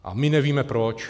A my nevíme proč.